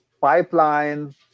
pipeline